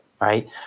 right